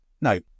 No